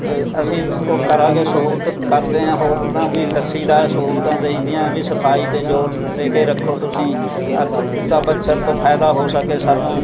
ਅਸੀਂ ਉਹ ਕਰਾਂਗੇ ਸਹੂਲਤ ਕਰਦੇ ਹਾਂ ਹੋਰਨਾਂ ਵੀ ਦੱਸੀਦਾ ਸਹੂਲਤਾਂ ਦਈਦੀਆਂ ਵੀ ਸਫਾਈ ਤੇ ਜ਼ੋਰ ਦੇ ਕੇ ਰੱਖੋ ਤੁਸੀਂ ਅ ਤਾਂ ਮੱਛਰ ਤੋਂ ਫਾਇਦਾ ਹੋ ਸਕੇ ਸਾਨੂੰ